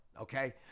Okay